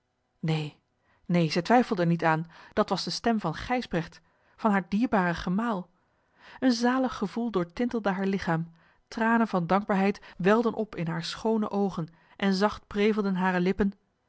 neen neen zij twijfelde er niet aan dat was de stem van gijsbrecht van haar dierbaren gemaal een zalig gevoel doortintelde haar lichaam tranen van dankbaarheid welden op in hare schoone oogen en zacht prevelden hare lippen